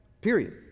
period